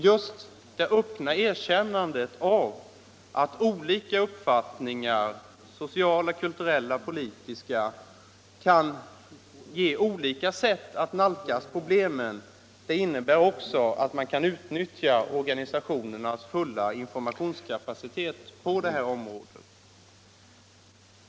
Just det öppna erkännandet av att olika uppfattningar — sociala, kulturella och politiska — kan ge olika sätt att nalkas problemen innebär också att man kan utnyttja organisationernas fulla informationskapacitet på detta område.